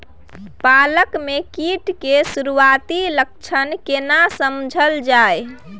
पालक में कीट के सुरआती लक्षण केना समझल जाय?